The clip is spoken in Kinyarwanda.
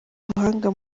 ubuhanga